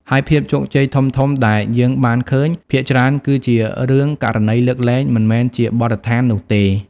ហើយភាពជោគជ័យធំៗដែលយើងបានឃើញភាគច្រើនគឺជារឿង ករណីលើកលែងមិនមែនជាបទដ្ឋាននោះទេ។